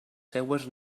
seues